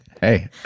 hey